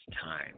time